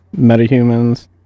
metahumans